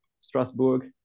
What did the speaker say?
Strasbourg